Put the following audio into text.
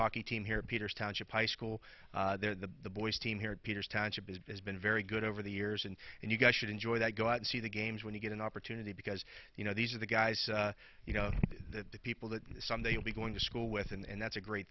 hockey team here peters township high school the boys team here peters township has been very good over the years and you guys should enjoy that go out and see the games when you get an opportunity because you know these are the guys you know the people that someday will be going to school with and that's a great